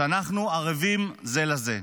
שאנחנו ערבים זה לזה.